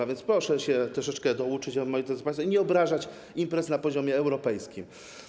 A więc proszę się troszeczkę douczyć, moi drodzy państwo, i nie obrażać imprez na poziomie europejskim.